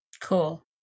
Cool